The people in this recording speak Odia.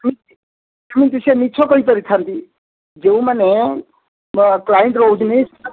କାହିଁକି କାହିଁକି ସିଏ ମିଛ କହିପାରିଥାନ୍ତି ଯେଉଁମାନେ ମୋ କ୍ଲାଇଣ୍ଟ ରହୁଛନ୍ତି